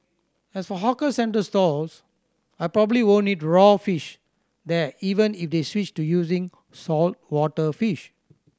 as for hawker centre stalls I probably won't eat raw fish there even if they switched to using saltwater fish